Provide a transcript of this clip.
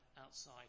outside